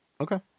okay